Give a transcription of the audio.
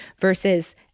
versus